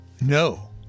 No